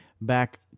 back